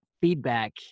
feedback